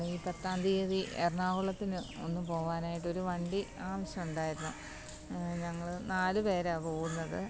ഈ പത്താം തീയ്യതി എറണാകുളത്തിന് ഒന്ന് പോവാനായിട്ട് ഒരു വണ്ടി ആവശ്യം ഉണ്ടായിരുന്നു ഞങ്ങൾ നാല് പേരാണ് പോവുന്നത്